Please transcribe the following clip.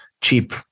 cheap